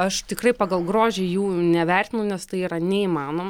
aš tikrai pagal grožį jų nevertinu nes tai yra neįmanom